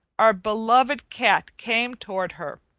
our beloved cat came toward her.